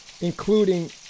including